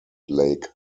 lake